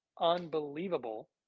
unbelievable